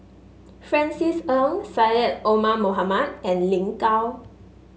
Francis Ng Syed Omar Mohamed and Lin Gao